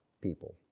people